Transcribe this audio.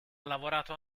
lavorato